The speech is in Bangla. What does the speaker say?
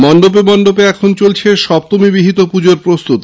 মন্ডপে মন্ডপে চলছে সপ্তমী বিহিত পুজার প্রস্তুতি